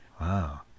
Wow